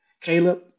Caleb